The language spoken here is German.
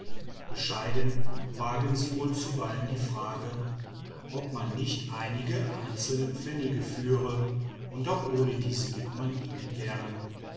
bescheiden wagen sie wohl zuweilen die frage ob man nicht einige einzelne pfennige führe und auch ohne diese gibt man ihnen gern